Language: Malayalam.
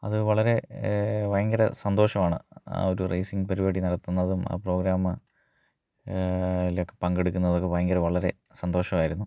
അത് വളരെ ഭയങ്കര സന്തോഷമാണ് ആ ഒരു റേസിംഗ് പരിപാടി നടത്തുന്നതും അ പ്രോഗ്രാമ് ലേക്ക് പങ്കെടുക്കുന്നതൊക്കെ ഭയങ്കര വളരെ സന്തോഷമായിരുന്നു